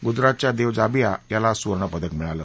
गूजरातच्या देव जाबिया याला आज सुवर्णपदक मिळालं